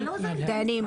דיינים,